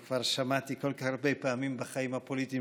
אני כבר שמעתי כל כך הרבה פעמים בחיים הפוליטיים